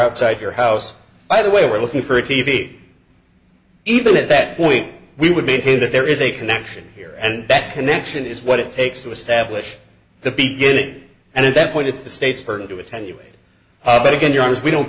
outside your house by the way we're looking for a t v even at that point we would maintain that there is a connection here and that connection is what it takes to establish the beginning and at that point it's the state's burden to attenuate but again your arms we don't